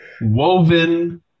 woven